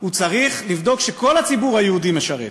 הוא צריך לבדוק שכל הציבור היהודי משרת,